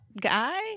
guy